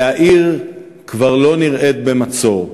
והעיר כבר לא נראית במצור.